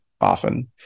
often